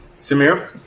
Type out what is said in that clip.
Samir